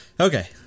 Okay